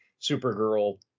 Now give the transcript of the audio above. Supergirl